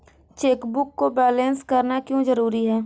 Chequebook को balance करना क्यों जरूरी है?